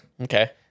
Okay